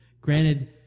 granted